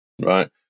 right